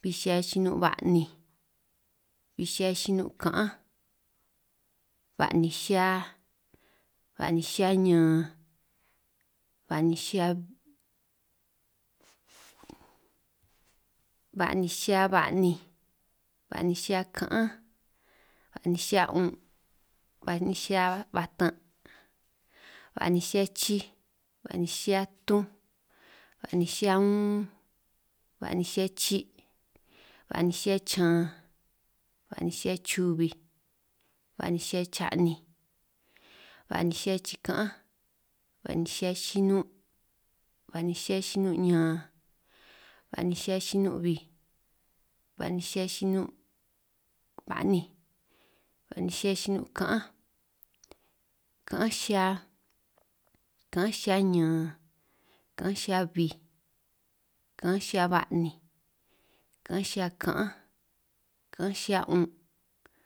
bij xihia chinun' ba'ninj, bij xihia chinun' ka'anj, ba'ninj xihia, ba'ninj xihia ñan, ba'ninj xihia bij, ba'ninj xihia ba'ninj, ba'ninj xihia ka'anj, ba'ninj xihia 'un', ba'ninj xihia batan', ba'ninj xihia chij, ba'ninj xihia tunj, ba'ninj xihia un, ba'ninj xihia chi', ba'ninj xihia chan, ba'ninj xihia chubij, ba'ninj xihia cha'ninj, ba'ninj xihia chika'anj, ba'ninj xihia chinun', ba'ninj xihia chinun' ñan, ba'ninj xihia chinun' bij, ba'ninj xihia chinun' ba'ninj, ba'ninj xihia chinun' ka'anj, ka'anj xihia, ka'anj xihia ñan, ka'anj xihia bij, ka'anj xihia ba'ninj, ka'anj xihia ka'anj, ka'anj xihia 'un'.